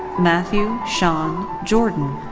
matthew shon jordan.